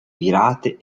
virate